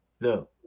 No